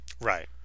Right